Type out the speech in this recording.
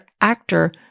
actor